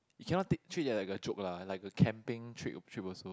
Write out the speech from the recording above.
you cannot take treat it like a joke lah like a camping trip trip also